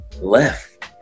left